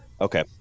Okay